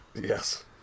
Yes